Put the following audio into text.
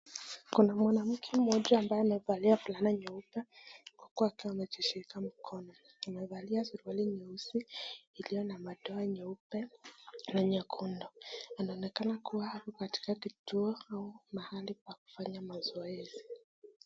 Kuna mwanamke mmoja ambaye amevalia fulana nyeupe huku akiwa amejishika mkono amevalia suruali nyeusi iliyo na madoa nyeupe na nyekundu anaonekana kuwa ako katika kituo au mahali pa kufanyia mazoezi .